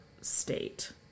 state